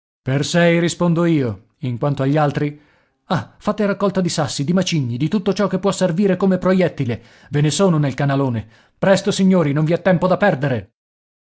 per sei rispondo io in quanto agli altri ah fate raccolta di sassi di macigni di tutto ciò che può servire come proiettile ve ne sono nel canalone presto signori non vi è tempo da perdere